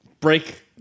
Break